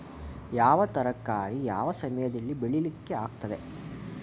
ಯಾವ ತರಕಾರಿ ಯಾವ ಸಮಯದಲ್ಲಿ ಬೆಳಿಲಿಕ್ಕೆ ಆಗ್ತದೆ?